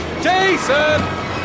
Jason